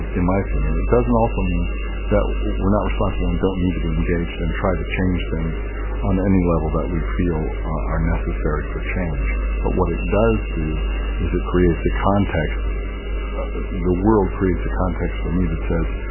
ah in my opinion, it doesn't also mean that we're not responsible and don't need to be engaged and try to change things on any level that we feel are necessary for change. but what it does do is it creates a context the world creates a context for me that says,